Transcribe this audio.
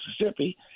Mississippi